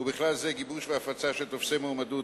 ובכלל זה גיבוש והפצה של טופסי מועמדות,